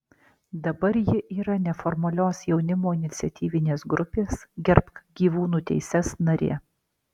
dabar ji yra neformalios jaunimo iniciatyvinės grupės gerbk gyvūnų teises narė